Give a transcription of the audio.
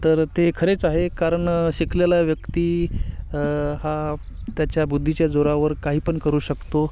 तर ते खरेच आहे कारण शिकलेला व्यक्ती हा त्याच्या बुद्धीच्या जोरावर काहीपण करू शकतो